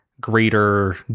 greater